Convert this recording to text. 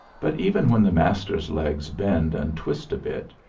but even when the master's legs bend and twist a bit,